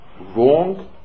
wrong